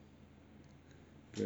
that was good shit eh